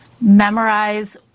memorize